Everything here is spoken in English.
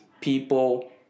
people